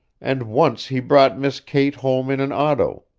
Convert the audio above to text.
and once he brought miss kate home in an auto.